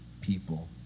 people